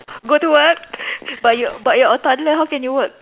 go to work but you but you're a toddler how can you work